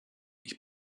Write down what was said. ich